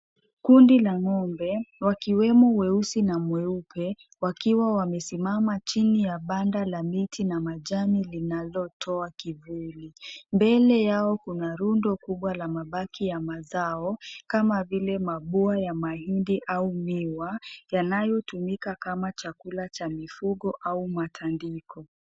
Kundi la ng'ombe wakiwemo mweusi na mweupe wakiwa wamesimama chini ya banda la miti na majani linalotoa kivuli mbele yao kuna rundo kubwa la mabaki ya mazao kama vile mabwaya ya mahindi au miwa yanayo tumika kama chakula cha mifugo au matandiko.